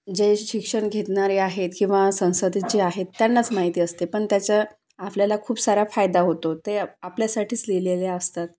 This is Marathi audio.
जे शिक्षण घेणारे आहेत किंवा संसदेत जे आहेत त्यांनाच माहिती असते पण त्याचं आपल्याला खूप सारा फायदा होतो ते आपल्यासाठीच लिहिलेले असतात